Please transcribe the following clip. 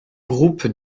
groupe